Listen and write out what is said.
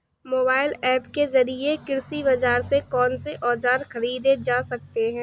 Mobile app के जरिए कृषि बाजार से कौन से औजार ख़रीदे जा सकते हैं?